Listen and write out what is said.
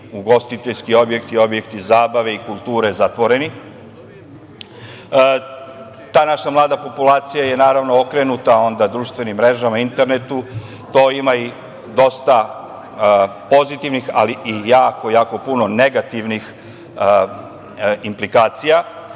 ugostiteljski objekti, objekti zabave i kulture zatvoreni. Ta naša mlada populacija je okrenuta onda društvenim mrežama, internetu. To ima i dosta pozitivnih, ali i jako, jako, puno negativnih implikacija.